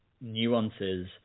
nuances